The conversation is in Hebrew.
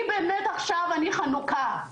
באמת חנוקה עכשיו.